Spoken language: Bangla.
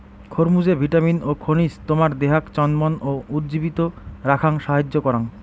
খরমুজে ভিটামিন ও খনিজ তোমার দেহাক চনমন ও উজ্জীবিত রাখাং সাহাইয্য করাং